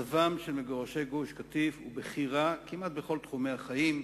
מצבם של מגורשי גוש-קטיף הוא בכי רע כמעט בכל תחומי החיים: